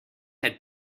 had